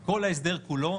כל ההסדר כולו,